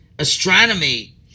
Astronomy